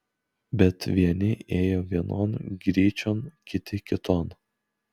bet vieni ėjo vienon gryčion kiti kiton